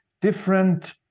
different